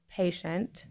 patient